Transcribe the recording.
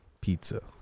Pizza